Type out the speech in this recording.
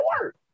work